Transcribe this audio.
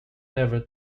never